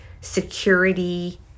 security